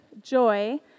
joy